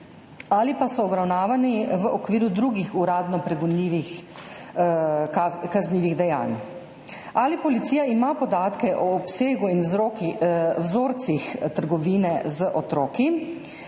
ali pa so obravnavani v okviru drugih uradno pregonljivih kaznivih dejanj. Ali policija ima podatke o obsegu in vzorcih trgovine z otroki?